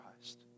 Christ